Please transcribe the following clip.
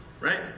right